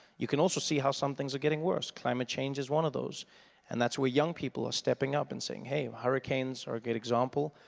you can also see how some things are getting worse, climate change is one of those and that's where young people are stepping up and saying hey, hurricanes are a good example,